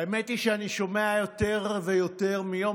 האמת היא שאני שומע יותר ויותר מיום